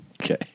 Okay